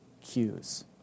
cues